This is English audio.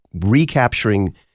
recapturing